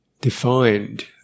defined